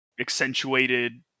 accentuated